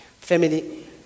Family